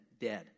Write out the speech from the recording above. dead